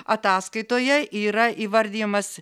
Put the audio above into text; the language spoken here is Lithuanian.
ataskaitoje yra įvardijamas